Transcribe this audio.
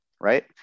Right